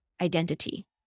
identity